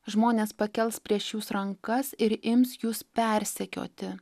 žmonės pakels prieš jus rankas ir ims jus persekioti